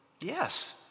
yes